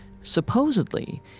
Supposedly